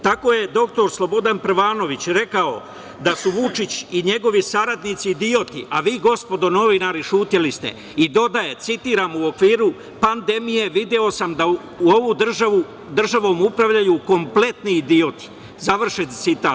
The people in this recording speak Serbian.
Tako je dr Slobodan Prvanović rekao da su Vučić i saradnici idioti, a vi gospodo novinari, ćutali ste i dodaje, citiram – u okviru pandemije video sam da ovom državom upravljaju kompletni idioti, završen citat.